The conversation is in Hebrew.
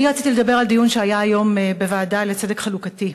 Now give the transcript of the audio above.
רציתי לדבר על דיון שהיה היום בוועדה לצדק חלוקתי.